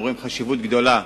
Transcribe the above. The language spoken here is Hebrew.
אנחנו רואים חשיבות רבה,